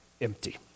empty